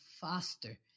faster